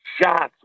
shots